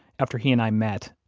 after he and i met,